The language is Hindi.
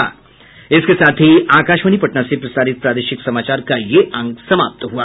इसके साथ ही आकाशवाणी पटना से प्रसारित प्रादेशिक समाचार का ये अंक समाप्त हुआ